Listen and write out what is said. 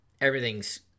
everything's